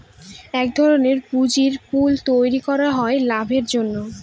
এক ধরনের পুঁজির পুল তৈরী করা হয় লাভের জন্য